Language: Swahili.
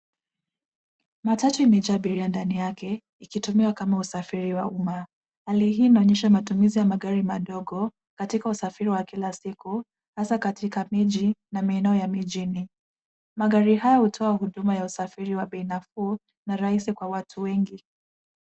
Matatu imejaa abiria ndani yake ikitumiwa kama usafiri wa umma , halii inaonyesha matumizi ya magari madogo katika usafiri wa kila siku hasa katika miji na maeneo ya mijini, magari haya hutoa huduma ya usafiri wa bei nafuu na rahisi kwa watu wengi.